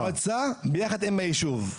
המועצה ביחד עם הישוב.